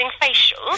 facial